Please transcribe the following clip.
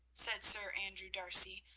said sir andrew d'arcy,